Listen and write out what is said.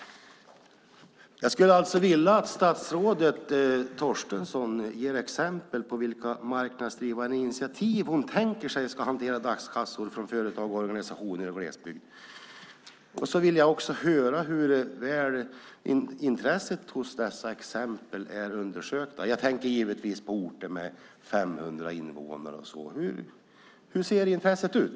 Jag vill att statsrådet Torstensson ger exempel på vilka marknadsdrivna initiativ hon tänker sig ska hantera dagskassor från företag och organisationer i glesbygd. Jag vill också höra hur väl intresset hos dessa exempel är undersökt. Jag tänker givetvis på orter med 500 invånare. Hur ser intresset ut?